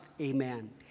Amen